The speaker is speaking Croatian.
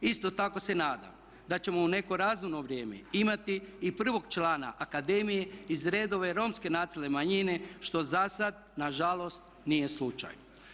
Isto tako se nadam da ćemo u neko razumno vrijeme imati i prvog člana akademije iz redova Romske nacionalne manjine što zasada nažalost nije slučaj.